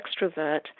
extrovert